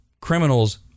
criminals